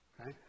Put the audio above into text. Okay